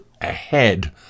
ahead